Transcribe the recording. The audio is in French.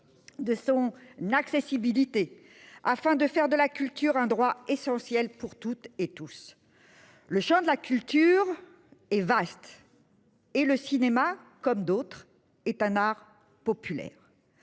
De sons n'accessibilité afin de faire de la culture, un droit essentiel pour toutes et tous. Le Champ de la culture est vaste. Et le cinéma comme d'autres est un art populaire.